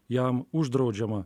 jam uždraudžiama